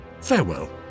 farewell